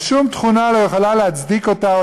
אבל שום תכונה לא יכולה להצדיק אותה או